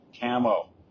camo